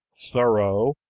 thorough,